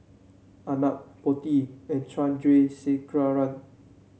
Arnab Potti and Chandrasekaran